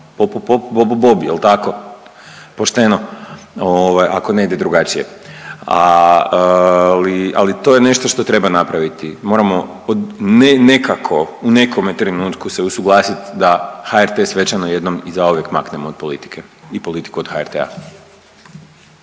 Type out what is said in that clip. bob jel tako, pošteno ovaj ako ne ide drugačije. A ali to je nešto što reba napraviti. Moramo nekako u nekome trenutku se usuglasiti da HRT svečano jednom i zauvijek maknemo od politike i politiku od HRT-a.